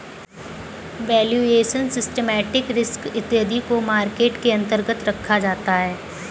valuation, systematic risk इत्यादि को market के अंतर्गत रखा जाता है